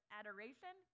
adoration